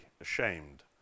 ashamed